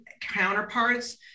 counterparts